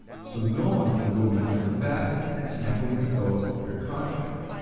so no one can go behind your back and tamper with the code of your contract.